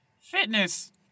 Fitness